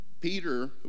Peter